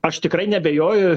aš tikrai neabejoju